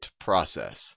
process